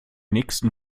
nächsten